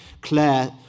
Claire